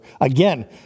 Again